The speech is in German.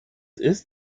ist